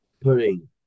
putting